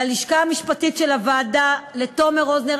ללשכה המשפטית של הוועדה: לתומר רוזנר,